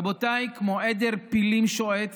רבותיי, כמו עדר פילים שועט